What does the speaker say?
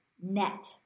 net